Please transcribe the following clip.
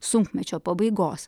sunkmečio pabaigos